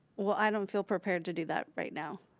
well i don't feel prepared to do that right now.